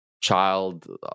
child